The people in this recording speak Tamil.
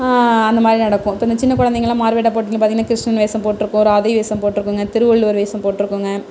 அந்த மாதிரி நடக்கும் இப்போ இந்த சின்ன குழந்தைங்களாம் மாறு வேட போட்டியில் பார்த்திங்ன்னா கிருஷ்ணன் வேஷம் போட்ருக்கும் ராதை வேஷம் போட்ருக்குங்க திருவள்ளுவர் வேஷம் போட்ருக்குங்க